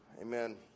amen